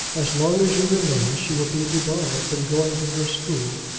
as long as you remain she will be debarred from going to her school,